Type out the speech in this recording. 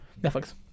Netflix